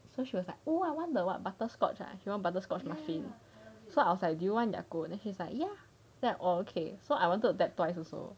so she was like oh I want the what butterscotch ah she want the butterscotch muffin so I was like do you want yakult then she's like ya then I'm like oh okay so I wanted tapped twice also